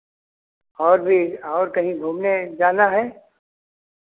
और भी और कहीं घूमने जाना है